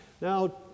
Now